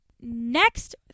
Next